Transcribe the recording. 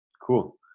Cool